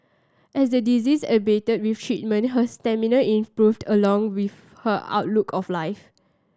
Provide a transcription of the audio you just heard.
as the disease abated with treatment her stamina improved along with her outlook of life